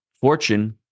fortune